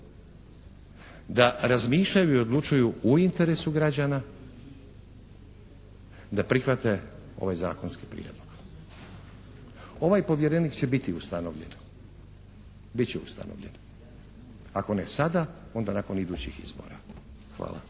da razmišljaju i odlučuju u interesu građana, da prihvate ovaj zakonski prijedlog. Ovaj povjerenik će biti ustanovljen. Bit će ustanovljen, ako ne sada onda nakon idućih izbora. Hvala.